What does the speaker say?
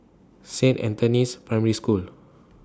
Saint Anthony's Primary School